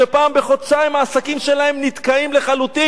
שפעם בחודשיים העסקים שלהם נתקעים לחלוטין,